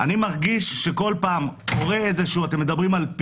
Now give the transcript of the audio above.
אמרת קודם לגבי הורה שמגיע עם הילד ועושה